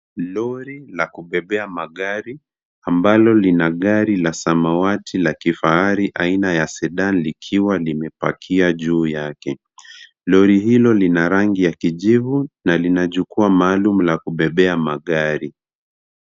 Lori la kubebea magari, ambalo lina gari la samawati la kifahari aina ya Sedan likiwa limepakia juu yake. Lori hilo lina rangi ya kijivu na lina jukwaa maalum la kubebea magari.